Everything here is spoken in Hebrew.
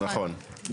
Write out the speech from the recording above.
נכון.